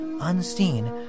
Unseen